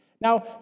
Now